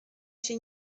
się